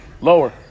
Lower